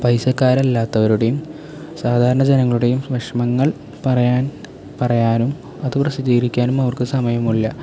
പൈസക്കാര് അല്ലാത്തവരുടെയും സാധാരണ ജനങ്ങളുടെയും വിഷമങ്ങൾ പറയാൻ പറയാനും അത് പ്രസിദ്ധീകരിക്കാനും അവർക്ക് സമയമില്ല